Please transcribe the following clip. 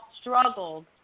struggled